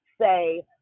say